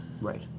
Right